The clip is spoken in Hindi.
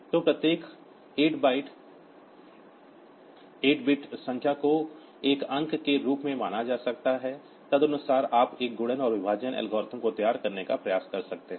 तो प्रत्येक 8 बिट संख्या को एक अंक के रूप में माना जा सकता है तदनुसार आप एक गुणन और विभाजन एल्गोरिथ्म को तैयार करने का प्रयास कर सकते हैं